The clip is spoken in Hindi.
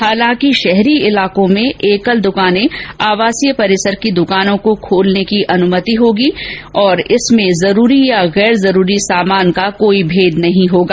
हालांकि शहरी इलाकों में एकल दुकानें आवासीय परिसर की दुकानों को खोलने की अनुमति होगी और इसमें जरूरी और गैर जरूरी सामान का भेद नहीं होगा